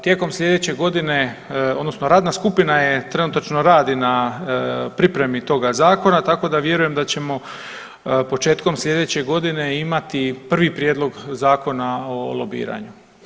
Tijekom sljedeće godine, odnosno radna skupina je, trenutačno radi na pripremi toga zakona tako da vjerujem da ćemo početkom sljedeće godine imati prvi prijedlog zakona o lobiranju.